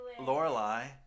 Lorelai